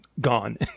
gone